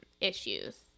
issues